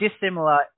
dissimilar